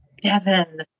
Devin